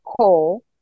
coal